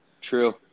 True